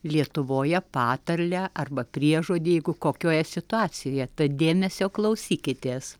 lietuvoje patarlę arba priežodį jeigu kokioje situacijoje tad dėmesio klausykitės